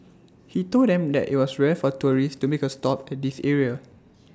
he told them that IT was rare for tourists to make A stop at this area